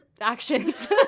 actions